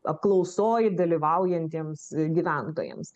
apklausoj dalyvaujantiems gyventojams